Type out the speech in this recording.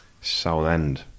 Southend